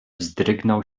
wzdrygnął